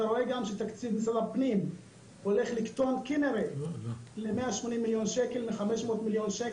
אתה רואה גם שתקציב משרד הפנים הולך לקטון ל-180,000,000 ₪ מ-500,000,00